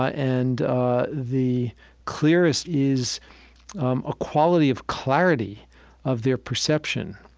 ah and ah the clearest is um a quality of clarity of their perception.